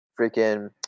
freaking